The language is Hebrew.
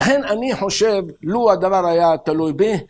אכן אני חושב, לו הדבר היה תלוי בי,